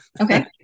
okay